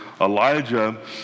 Elijah